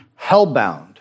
hellbound